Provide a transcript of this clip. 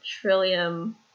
Trillium